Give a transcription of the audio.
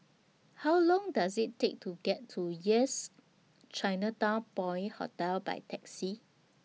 How Long Does IT Take to get to Yes Chinatown Point Hotel By Taxi